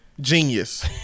genius